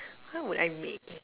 what would I make ah